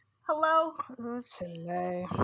Hello